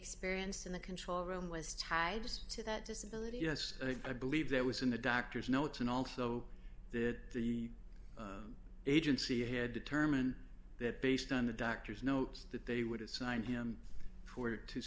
experienced in the control room was tied just to that disability yes i believe that was in the doctor's notes and also that the agency had determined that based on the doctor's notes that they would have signed him for to